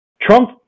Trump